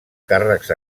càrrecs